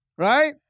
Right